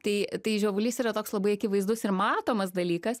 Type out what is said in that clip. tai tai žiovulys yra toks labai akivaizdus ir matomas dalykas